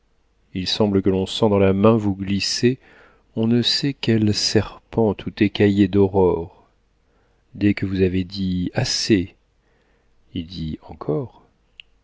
il semble que l'on sent dans la main vous glisser on ne sait quel serpent tout écaillé d'aurore dès que vous avez dit assez il dit encore